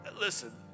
listen